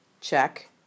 check